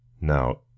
now